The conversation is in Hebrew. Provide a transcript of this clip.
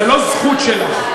זו לא זכות שלך.